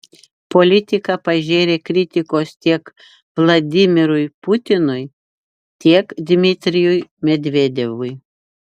politika pažėrė kritikos tiek vladimirui putinui tiek dmitrijui medvedevui